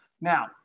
Now